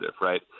right